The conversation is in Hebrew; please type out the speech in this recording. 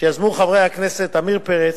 שיזמו חברי הכנסת עמיר פרץ,